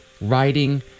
writing